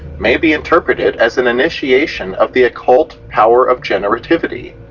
may be interpreted as an initiation of the occult power of generativity,